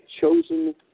chosen